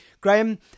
graham